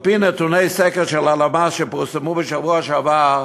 על-פי נתוני סקר של הלמ"ס שפורסמו בשבוע שעבר,